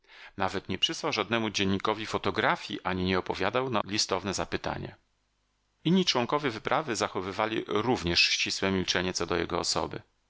nawet nie przysłał żadnemu dziennikowi fotografji ani nie odpowiadał na listowne zapytania inni członkowie wyprawy zachowywali również ścisłe milczenie co do jego osoby